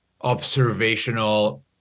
observational